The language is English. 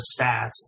stats